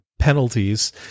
Penalties